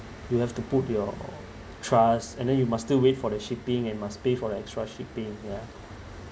you have to put your trust and then you must still wait for the shipping and must pay for the extra shipping yeah